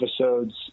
episodes